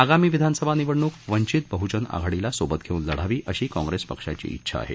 आगामी विधानसभा निवडणूक वंचित बहूजन आघाडीला सोबत घेऊन लढावी अशी काँप्रेस पक्षाची इच्छा आहे